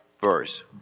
verse